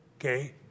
Okay